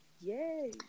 yay